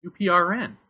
UPRN